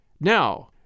Now